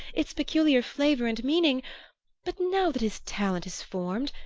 its peculiar flavor and meaning but now that his talent is formed,